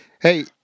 hey